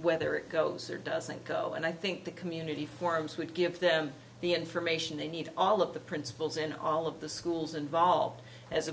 whether it goes or doesn't go and i think the community forums would give them the information they need all of the principals in all of the schools involved as